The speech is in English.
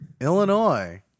Illinois